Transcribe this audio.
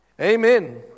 Amen